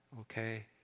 Okay